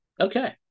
okay